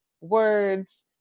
words